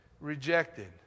rejected